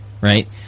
right